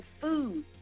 food